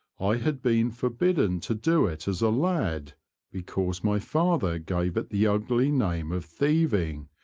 i had been forbidden to do it as a lad because my father give it the ugly name of thieving,